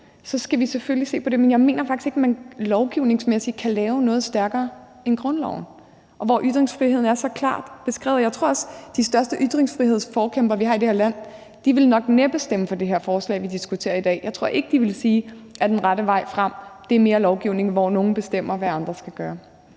så skal vi selvfølgelig se på det, men jeg mener faktisk ikke, at man lovgivningsmæssigt kan lave noget stærkere end grundloven, hvor ytringsfriheden er så klart beskrevet. Jeg tror også, at de største ytringsfrihedsforkæmpere, vi har i det her land, nok næppe ville stemme for det her forslag, vi diskuterer i dag. Jeg tror ikke, at de ville sige, at den rette vej frem er mere lovgivning, hvor nogle bestemmer, hvad andre skal gøre.